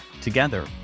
Together